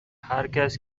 هرکس